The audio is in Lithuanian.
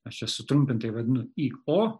aš čia sutrumpintai vadinu i o